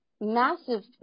massive